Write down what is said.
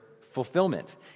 fulfillment